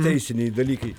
teisiniai dalykai